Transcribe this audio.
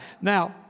now